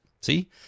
See